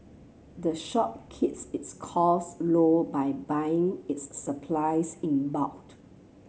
the shop keeps its cost low by buying its supplies in